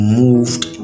moved